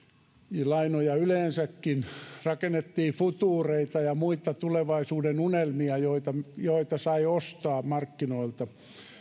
niin lainoja yleensäkin rakennettiin futuureita ja muita tulevaisuuden unelmia joita joita sai ostaa markkinoilta